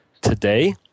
today